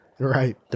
Right